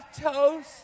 toes